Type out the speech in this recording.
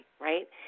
Right